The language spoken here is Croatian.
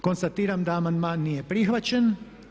Konstatiram da amandman nije prihvaćen.